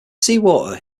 seawater